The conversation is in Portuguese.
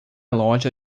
loja